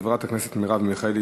חברת הכנסת מרב מיכאלי,